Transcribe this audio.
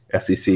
SEC